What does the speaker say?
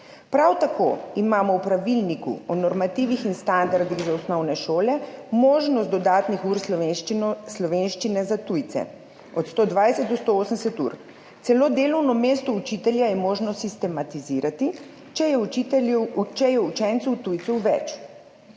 Prav tako imamo v pravilniku o normativih in standardih za osnovne šole možnost dodatnih ur slovenščine za tujce, od 120 do 180 ur. Celo delovno mesto učitelja je možno sistematizirati, če je učencev tujcev več.